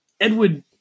Edward